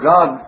God